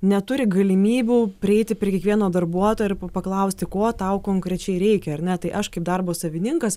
neturi galimybių prieiti prie kiekvieno darbuotojo ir paklausti ko tau konkrečiai reikia ar ne tai aš kaip darbo savininkas